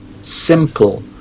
simple